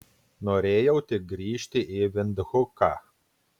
norėjau tik grįžti į vindhuką